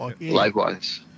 Likewise